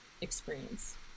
experience